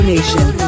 Nation